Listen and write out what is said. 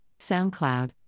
SoundCloud